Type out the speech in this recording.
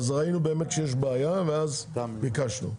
ראינו שיש בעיה ואז ביקשנו,